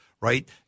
right